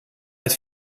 het